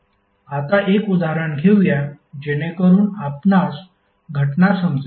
आता एक उदाहरण घेऊया जेणेकरून आपणास घटना समजेल